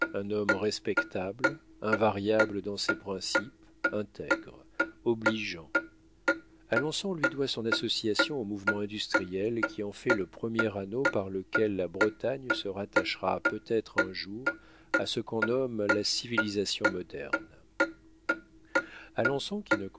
un homme respectable invariable dans ses principes intègre obligeant alençon lui doit son association au mouvement industriel qui en fait le premier anneau par lequel la bretagne se rattachera peut-être un jour à ce qu'on nomme la civilisation moderne alençon qui